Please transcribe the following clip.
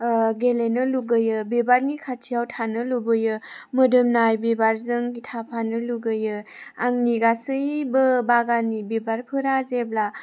गेलेनो लुबैयो बिबारनि खाथियाव थानो लुबैयो मोदोमनाय बिबारजों थाफानो लुबैयो आंनि गासैबो बागाननि बिबारफोरा जेब्ला